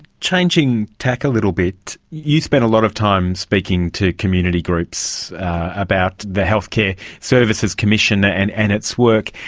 changing tack a little bit, you've spent a lot of time speaking to community groups about the healthcare services commission and and its work,